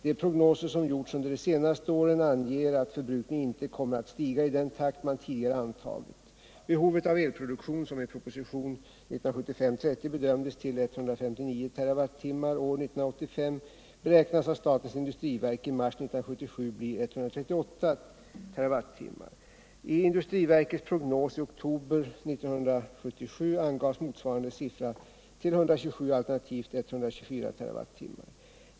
De prognoser som gjorts under de senaste åren anger att förbrukningen inte kommer att stiga i den takt man tidigare antagit. Behovet av elproduktion, som i propositionen 1975:30 bedömdes till 159 TWh år 1985, beräknades av statens industriverk i mars 1977 bli 138 TWh. I industriverkets prognos i oktober 1977 angavs motsvarande siffra till 127 alternativt 124 TWh.